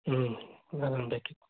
ಹ್ಞೂ ಇನ್ನೊಂದು ಬೇಕಿತ್ತು